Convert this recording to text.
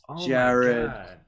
Jared